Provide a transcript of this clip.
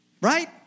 Right